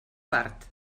part